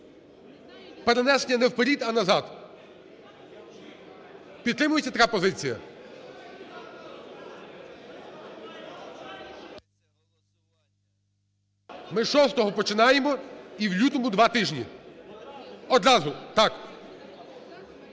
перенести не вперед, а назад. Підтримується така позиція? Ми 6-го починаємо і в лютому два тижні одразу, так.